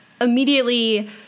immediately